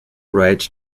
writes